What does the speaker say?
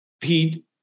Pete